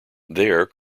there